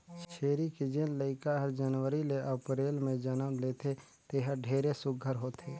छेरी के जेन लइका हर जनवरी ले अपरेल में जनम लेथे तेहर ढेरे सुग्घर होथे